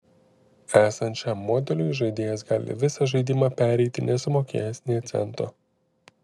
esant šiam modeliui žaidėjas gali visą žaidimą pereiti nesumokėjęs nė cento